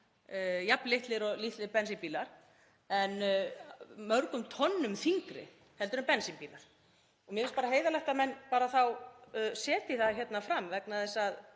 jafn litlir og litlir bensínbílar en mörgum tonnum þyngri heldur en bensínbílar. Mér finnst bara heiðarlegt að menn setji það þá hérna fram vegna þess að